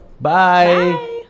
Bye